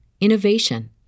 innovation